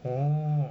orh